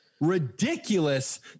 ridiculous